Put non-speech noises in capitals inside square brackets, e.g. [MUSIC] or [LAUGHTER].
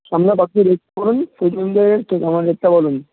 আপনার কতো রেট বলুন ফুট অনুযায়ী [UNINTELLIGIBLE] আমার রেটটা বলুন